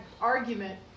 argument